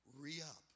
re-up